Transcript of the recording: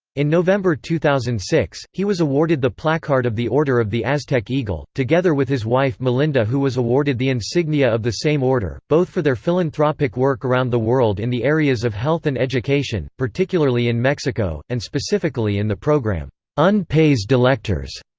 in november two thousand and six, he was awarded the placard of the order of the aztec eagle, together with his wife melinda who was awarded the insignia of the same order, both for their philanthropic work around the world in the areas of health and education, particularly in mexico, and specifically in the program un pais de lectores.